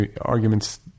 arguments